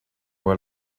were